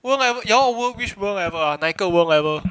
world level world level you all world which world level ah 哪个 world level